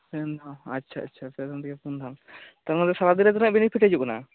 ᱯᱮ ᱟᱪᱪᱷᱟ ᱟᱪᱪᱷᱟ ᱯᱮ ᱫᱷᱟᱱ ᱛᱷᱮᱠᱮ ᱯᱩᱱ ᱫᱷᱟᱱ ᱛᱟᱨ ᱢᱚᱫᱽᱫᱷᱮ ᱥᱟᱨᱟ ᱫᱤᱱ ᱨᱮ ᱛᱤᱱᱟᱹᱜ ᱵᱮᱱᱤᱯᱷᱤᱴ ᱦᱤᱡᱩᱜ ᱠᱟᱱᱟ